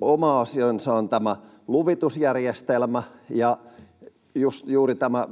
Oma asiansa on tämä luvitusjärjestelmä, juuri tämä,